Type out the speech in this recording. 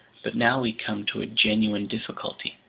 but now we come to a genuine difficulty.